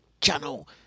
channel